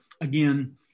again